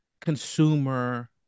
consumer